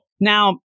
Now